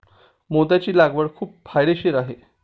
मोत्याची लागवड खूप फायदेशीर आहे